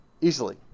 easily